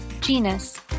genus